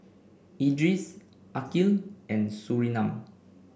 Idris Aqil and Surinam